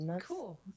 cool